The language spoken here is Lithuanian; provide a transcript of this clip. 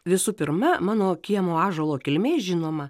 visų pirma mano kiemo ąžuolo kilmė žinoma